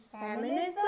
feminism